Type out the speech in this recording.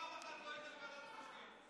פעם אחת לא היית בוועדת הכספים.